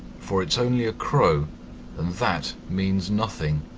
for it's only a crow and that means nothing.